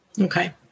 Okay